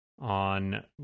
on